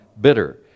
bitter